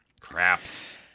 Craps